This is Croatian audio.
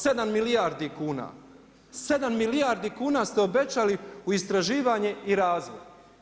7 milijardi kuna, 7 milijardi kuna ste obećali u istraživanje i razvoj.